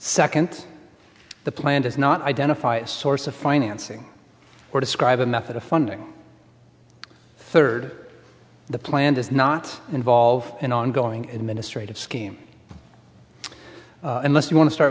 second the plan does not identify a source of financing or describe a method of funding third the plan does not involve an ongoing administrate of scheme unless you want to start